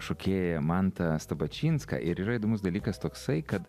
šokėją mantą stabačinską ir yra įdomus dalykas toksai kad